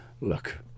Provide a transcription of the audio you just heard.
Look